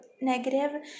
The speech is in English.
negative